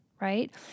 Right